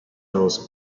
rose